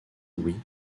louis